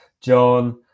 John